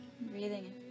Breathing